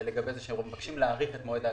לגבי זה שמבקשים להאריך את מועד הבקשה.